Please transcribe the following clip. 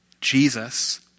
Jesus